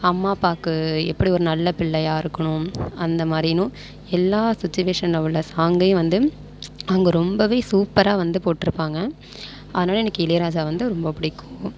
அம்மா அப்பாக்கு எப்படி ஒரு நல்ல பிள்ளையாக இருக்கணும் அந்தமாதிரினும் எல்லா சுச்சிவேஷனில் உள்ள சாங்கையும் வந்து அவங்க ரொம்பவே சூப்பராக வந்து போட்டுருப்பாங்க அதனால் எனக்கு இளையராஜா வந்து ரொம்ப பிடிக்கும்